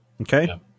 Okay